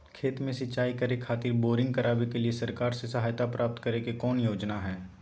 खेत में सिंचाई करे खातिर बोरिंग करावे के लिए सरकार से सहायता प्राप्त करें के कौन योजना हय?